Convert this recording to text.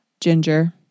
Ginger